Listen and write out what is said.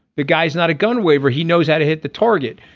the guy's not a gun waver. he knows how to hit the target.